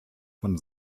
von